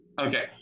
okay